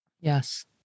Yes